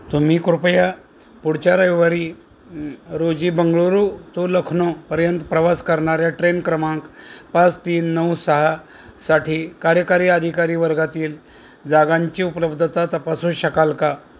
तुम्ही कृपया पुढच्या रविवारी रोजी बंगळुरू तो लखनौपर्यंत प्रवास करणाऱ्या ट्रेन क्रमांक पाच तीन नऊ सहा साठी कार्यकारी अधिकारी वर्गातील जागांची उपलब्धता तपासू शकाल का